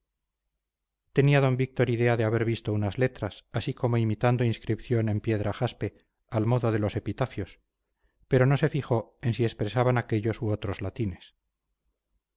tenía d víctor idea de haber visto unas letras así como imitando inscripción en piedra jaspe al modo de los epitafios pero no se fijó en si expresaban aquellos u otros latines